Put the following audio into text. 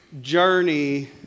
journey